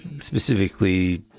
specifically